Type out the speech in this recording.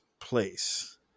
place